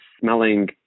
smelling